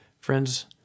Friends